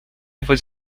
vos